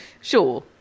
Sure